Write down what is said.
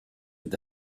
with